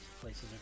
places